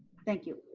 thank you.